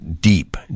deep